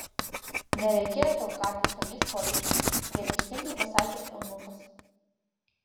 nereikėjo tau kartis tomis kopėčiomis priekaištingai pasakė eunuchas